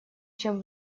чем